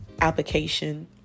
application